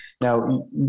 Now